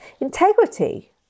integrity